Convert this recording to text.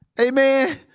Amen